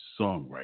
songwriter